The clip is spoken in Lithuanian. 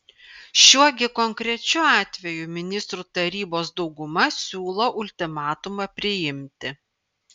šiuo gi konkrečiu atveju ministrų tarybos dauguma siūlo ultimatumą priimti